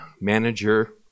manager